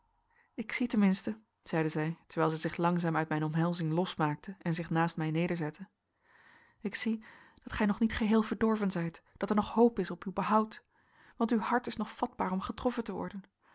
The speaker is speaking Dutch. ik zie ten minste zeide zij terwijl zij zich langzaam uit mijn omhelzing losmaakte en zich naast mij nederzette ik zie dat gij nog niet geheel verdorven zijt dat er nog hoop is op uw behoud want uw hart is nog vatbaar om getroffen te worden